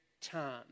time